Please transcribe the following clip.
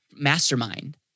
mastermind